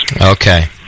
Okay